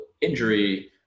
injury